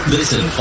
Listen